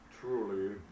Truly